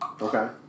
Okay